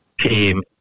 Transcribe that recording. team